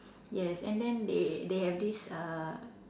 yes and then they they have this uh